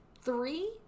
Three